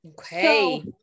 Okay